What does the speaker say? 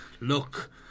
look